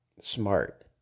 Smart